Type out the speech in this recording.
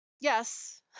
yes